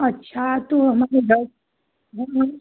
अच्छा तो हमारे